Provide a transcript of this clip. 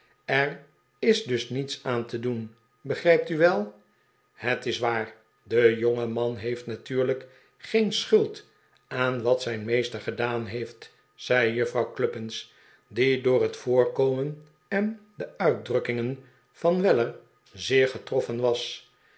er is dus niets aan te doen begrijpt u wel het is waar de jongeman heeft natuurlijk geen schuld aan wat zijn meester gedaan heeft zei juffrouw cluppins die door het voorkomen en de uitdrukkingen van weller zeer getroffen was